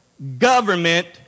Government